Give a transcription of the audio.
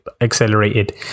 accelerated